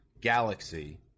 galaxy